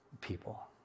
people